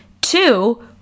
Two